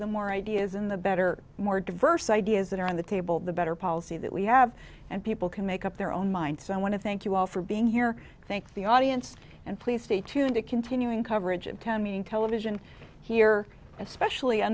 the more ideas in the better more diverse ideas that are on the table the better policy that we have and people can make up their own mind so i want to thank you all for being here thank the audience and please stay tuned to continuing coverage of town meeting television here especially